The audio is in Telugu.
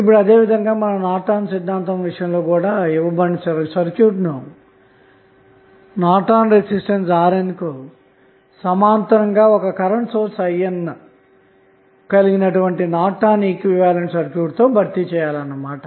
ఇప్పుడు అదే విధంగా నార్టన్ సిద్ధాంతంవిషయంలో కూడా ఇవ్వబడిన సర్క్యూట్ను నార్టన్ రెసిస్టెన్స్ RNకు సమాంతరంగాకరెంటు సోర్స్ IN కలిగిన నార్టన్ ఈక్వివలెంట్ సర్క్యూట్ తో భర్తీ చేయాలన్నమాట